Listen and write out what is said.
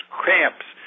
cramps